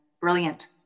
brilliant